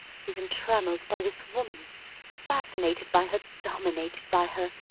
he's entrammelled by this woman fascinated by her dominated by her.